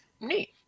neat